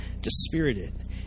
dispirited